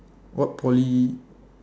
what Poly